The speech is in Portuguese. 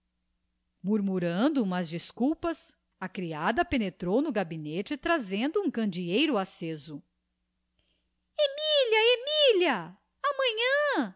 murmurando umas desculpas a criada penetrou no gabinete trazendo um candieiro acceso emilia emilia amanhã